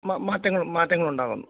മാറ്റങ്ങൾ മാറ്റങ്ങളുണ്ടാകും